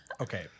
Okay